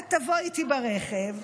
את תבואי איתי ברכב,